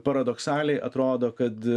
paradoksaliai atrodo kad